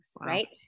right